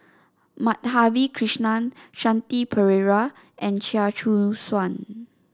Madhavi Krishnan Shanti Pereira and Chia Choo Suan